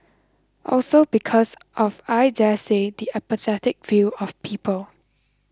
also because of I daresay the apathetic view of people